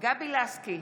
גבי לסקי,